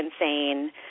insane